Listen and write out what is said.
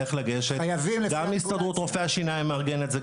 גם הסתדרות רופאי השיניים מארגנת את זה,